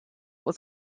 was